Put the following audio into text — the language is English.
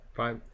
five